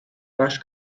raj